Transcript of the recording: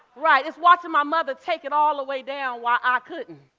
right, it's watching my mother take it all the way down while i couldn't.